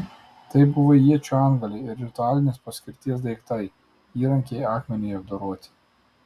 tai buvo iečių antgaliai ir ritualinės paskirties daiktai įrankiai akmeniui apdoroti